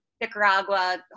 Nicaragua